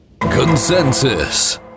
consensus